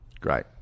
Great